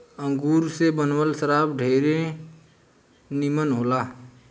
अंगूर से बनावल शराब ढेरे निमन होला